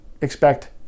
expect